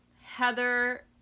Heather